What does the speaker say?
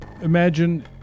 Imagine